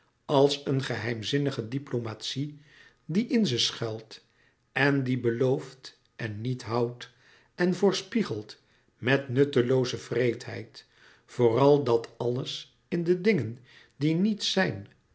als een geheimzinnige diplomatie die in ze schuilt en die belooft en niet houdt en voorspiegelt met nuttelooze wreedheid vooral dat alles in de dingen die niets zijn